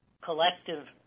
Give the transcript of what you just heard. collective